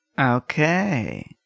Okay